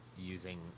using